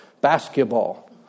Basketball